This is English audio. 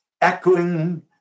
echoing